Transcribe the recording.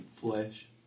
Flesh